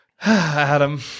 Adam